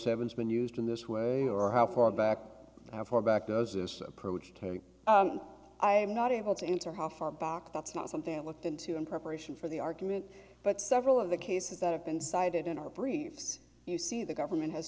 seven's been used in this way or how far back how far back does this approach tell you i'm not able to enter how far back that's not something i've looked into in preparation for the argument but several of the cases that have been cited in our briefs you see the government has